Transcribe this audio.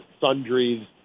sundries